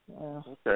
Okay